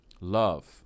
love